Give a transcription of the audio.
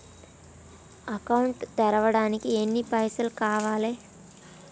Account తెరవడానికి ఎన్ని పైసల్ కావాలే?